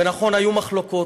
ונכון, היו מחלוקות,